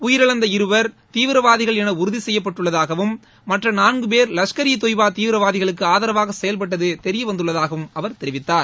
உயிரிழந்த இருவர் தீவிரவாதிகள் என உறுதி செய்யப்பட்டுள்ளதாகவும் மற்ற நாள்கு பேர் லஷ்கர் இ தொய்பா தீவிரவாதிகளுக்கு ஆதரவாக செயல்பட்டது தெரியவந்துள்ளதாகவும் அவர் தெரிவித்தார்